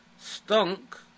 Stunk